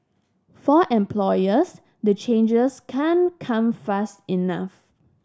for employers the changes can't come fast enough